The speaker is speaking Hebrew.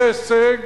זה הישג